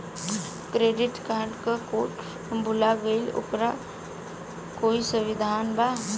Credit card क code हम भूल गइली ओकर कोई समाधान बा?